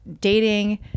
dating